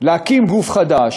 להקים גוף חדש,